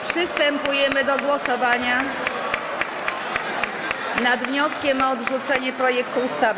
Przystępujemy do głosowania nad wnioskiem o odrzucenie projektu ustawy.